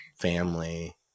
family